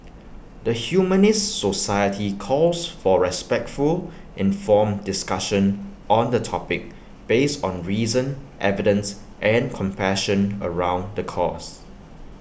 the Humanist society calls for respectful informed discussion on the topic based on reason evidence and compassion around the cause